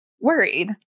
worried